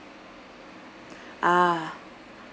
ah